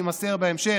ושמו יימסר בהמשך,